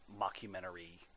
mockumentary